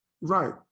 Right